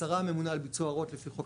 השרה הממונה על ההוראות לפי ביצוע